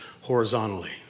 horizontally